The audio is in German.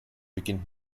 beginnt